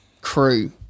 crew